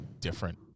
different